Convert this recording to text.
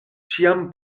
ĉiam